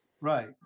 right